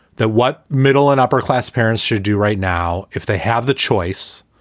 that what middle and upper class parents should do right now, if they have the choice,